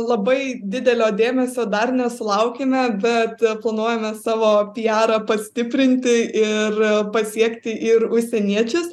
labai didelio dėmesio dar nesulaukėme bet planuojame savo piarą pastiprinti ir pasiekti ir užsieniečius